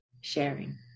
sharing